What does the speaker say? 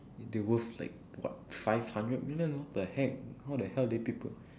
they're worth like what five hundred million what the heck how the hell did people